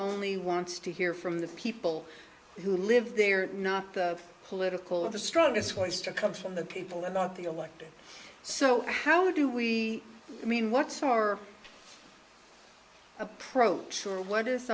only wants to hear from the people who live there not the political the strongest voice to come from the people about the elected so how do we i mean what's our approach or what is